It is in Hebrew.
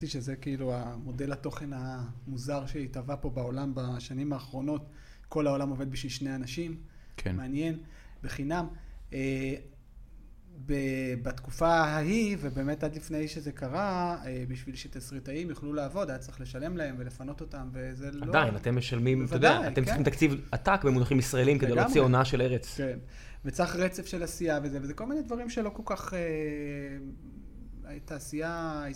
רציתי שזה כאילו המודל התוכן המוזר שהתהווה פה בעולם בשנים האחרונות. כל העולם עובד בשביל שני אנשים. כן. מעניין, וחינם. בתקופה ההיא, ובאמת עד לפני שזה קרה, בשביל שתסריטאים, יוכלו לעבוד, היה צריך לשלם להם ולפנות אותם, וזה לא... עדיין, אתם משלמים. בוודאי. אתה יודע, אתם צריכים תקציב עתק במונחים ישראלים... לגמרי... כדי להוציא עונה של ארץ. כן, וצריך רצף של עשייה וזה, וזה כל מיני דברים שלא כל כך... התעשייה...